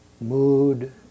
mood